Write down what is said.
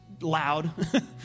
loud